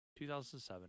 2007